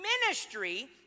ministry